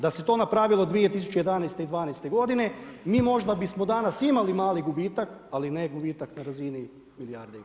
Da se to napravilo 2011. i 2012. g. mi možda bismo danas imali mali gubitak, ali ne gubitak na razini milijarde.